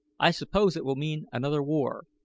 i suppose it will mean another war.